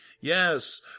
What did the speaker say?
Yes